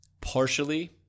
partially